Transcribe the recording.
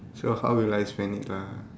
so how will I spend it lah